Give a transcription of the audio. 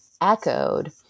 echoed